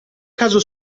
caso